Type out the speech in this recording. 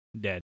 dead